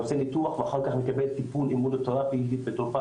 עושה ניתוח ואחר כך הוא מקבל טיפול אימונותרפי בתרופה